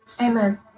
Amen